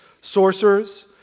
sorcerers